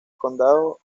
condado